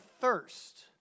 thirst